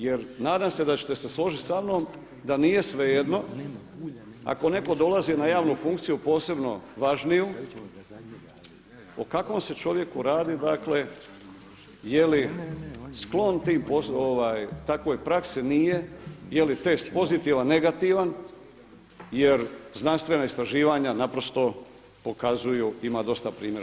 Jer nadam se da ćete se složiti sa mnom da nije svejedno ako neko dolazi na javnu funkciju, posebno važniju, o kakvom se čovjeku radi jeli sklon takvoj praksi, nije, jeli test pozitivan, negativan jer znanstvena istraživanja naprosto pokazuju ima dosta primjera